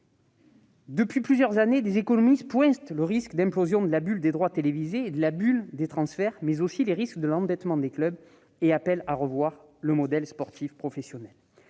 Depuis plusieurs années, des économistes pointent le risque d'implosion de la bulle des droits télévisés et de celle des transferts, mais aussi le problème de l'endettement des clubs, et appellent à revoir le modèle sportif professionnel.